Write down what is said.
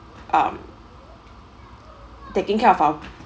um taking care of our